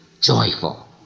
joyful